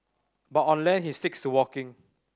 but on land he sticks to walking